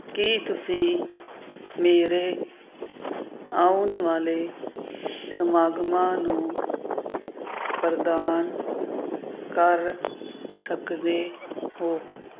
ਕੀ ਤੁਸੀਂ ਮੇਰੇ ਆਉਣ ਵਾਲੇ ਸਮਾਗਮਾਂ ਨੂੰ ਪ੍ਰਦਾਨ ਕਰ ਸਕਦੇ ਹੋ